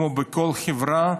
כמו בכל חברה,